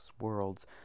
worlds